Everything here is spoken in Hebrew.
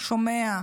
שומע,